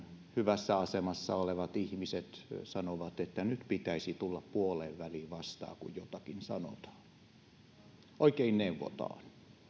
hyvässä asemassa olevat ihmiset sanovat että nyt pitäisi tulla puoleenväliin vastaan kun jotakin sanotaan oikein neuvotaan